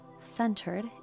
Centered